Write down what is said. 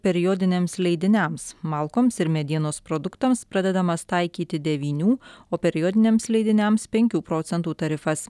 periodiniams leidiniams malkoms ir medienos produktams pradedamas taikyti devynių o periodiniams leidiniams penkių procentų tarifas